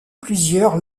plusieurs